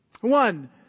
One